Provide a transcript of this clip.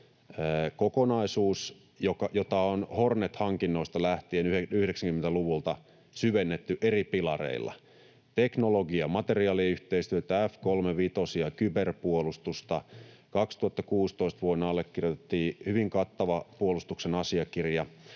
kokonaisuus, jota on Hornet-hankinnoista lähtien 90-luvulta syvennetty eri pilareilla: teknologia- ja materiaaliyhteistyötä, F-kolmevitosia, kyberpuolustusta, ja vuonna 2016 allekirjoitettiin hyvin kattava puolustuksen asiakirja.